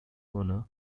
owner